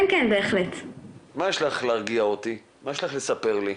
מה יש לך לספר לי?